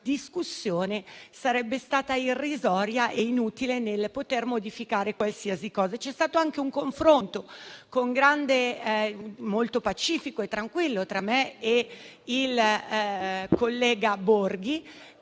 la discussione sarebbe stata irrisoria e inutile nel poter modificare qualsiasi cosa. C'è stato anche un confronto, molto pacifico e tranquillo, tra me e il collega Borghi